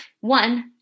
One